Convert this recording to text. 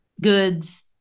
goods